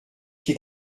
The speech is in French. qui